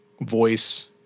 voice